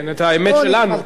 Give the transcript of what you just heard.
כן, את האמת שלנו.